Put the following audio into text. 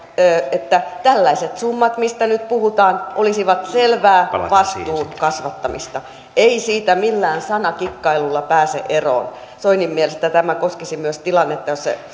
että tällaiset summat mistä nyt puhutaan olisivat selvää vastuun kasvattamista ei siitä millään sanakikkailulla pääse eroon soinin mielestä tämä koskisi myös tilannetta jossa